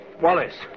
Wallace